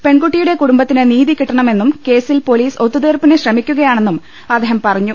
പെൺകുട്ടിയുടെ കുടുംബത്തിന് നീതി കിട്ടണ മെന്നും കേസിൽ പൊലീസ് ഒത്തുതീർപ്പിനൂ ശ്രമിക്കുകയാണെന്നും അദ്ദേഹം പറഞ്ഞു